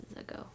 ago